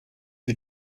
die